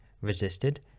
resisted